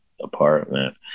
apartment